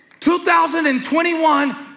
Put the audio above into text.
2021